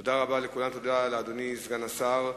תודה רבה לכולם, תודה לאדוני, סגן השר.